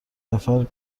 نفر